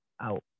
out